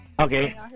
Okay